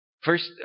first